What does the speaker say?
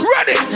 Ready